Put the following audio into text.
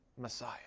Messiah